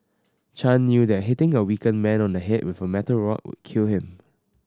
Chan knew that hitting a weakened man on the head with a metal rod would kill him